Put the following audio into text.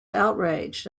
outraged